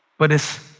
but it's